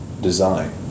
design